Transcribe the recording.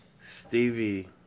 Stevie